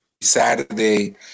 Saturday